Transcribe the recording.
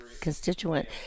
constituent